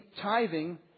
tithing